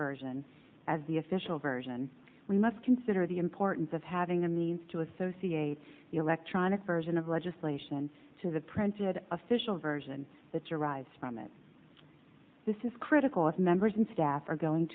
version as the official version we must consider the importance of having a means to associate the electronic version of legislation to the printed official version that derives from it this is critical if members and staff are going